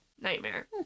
Nightmare